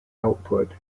output